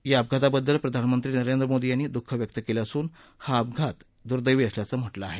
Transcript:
या अपघाताबद्दल प्रधानमंत्री नरेंद्र मोदी यांनी दुःख व्यक्त केलं असून हा अपघात दूर्देवी असल्याचं म्हटलं आहे